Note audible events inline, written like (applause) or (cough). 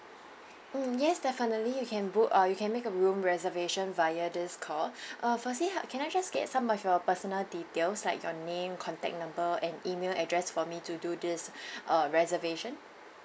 mm yes definitely you can book uh you can make a room reservation via this call (breath) uh firstly h~ can I just get some of your personal details like your name contact number and email address for me to do this (breath) uh reservation